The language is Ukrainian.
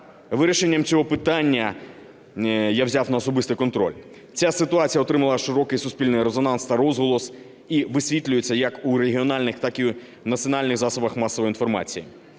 Вирішення цього питання я взяв на особистий контроль. Ця ситуація отримала широкий суспільний резонанс та розголос і висвітлюється як у регіональних, так і національних засобах масової інформації.